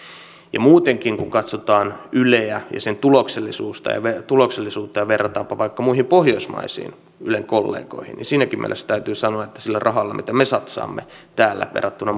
toiseen muutenkin kun katsotaan yleä ja sen tuloksellisuutta ja tuloksellisuutta ja verrataan vaikka muihin pohjoismaisiin ylen kollegoihin niin siinäkin mielessä täytyy sanoa että sillä rahalla mitä me satsaamme täällä verrattuna